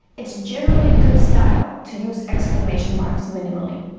it's generally good style to use exclamation marks minimally.